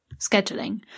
scheduling